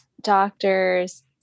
doctors